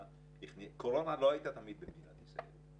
קורונה לא הייתה תמיד במדינת ישראל.